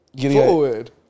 Forward